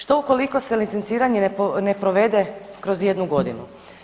Što ukoliko se licenciranje ne provede kroz jednu godinu?